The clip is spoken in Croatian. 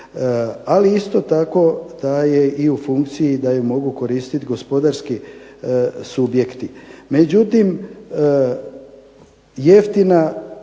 Ali isto tako da je u funkciji, da je mogu koristiti gospodarski subjekti. Međutim, jeftina